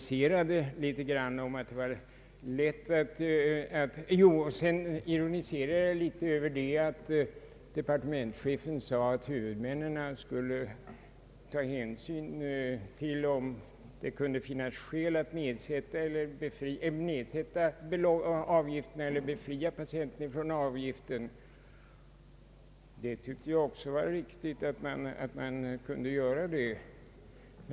Sedan ironiserade jag litet över att departementschefen yttrade att huvudmännen skulle ta hänsyn till om det kunde finnas skäl att nedsätta avgifterna eller befria patienterna från avgifter. Jag ansåg det också riktigt att man kunde förfara på det sättet.